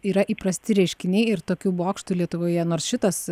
yra įprasti reiškiniai ir tokių bokštų lietuvoje nors šitas